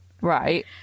right